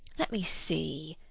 let me see,